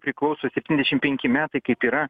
priklauso septyniasdešim penki metai kaip yra